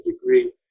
degree